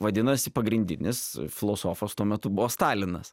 vadinasi pagrindinis filosofas tuo metu buvo stalinas